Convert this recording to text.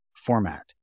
format